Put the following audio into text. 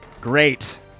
Great